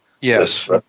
Yes